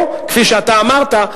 או" כפי שאתה אמרת,